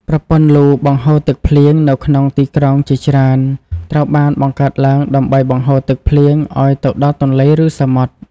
ប្រព័ន្ធលូបង្ហូរទឹកភ្លៀងនៅក្នុងទីក្រុងជាច្រើន ត្រូវបានបង្កើតឡើងដើម្បីបង្ហូរទឹកភ្លៀងឱ្យទៅដល់ទន្លេ ឬសមុទ្រ។